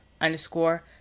underscore